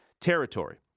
territory